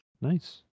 Nice